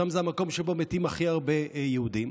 שם זה המקום שבו מתים הכי הרבה יהודים.